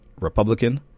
Republican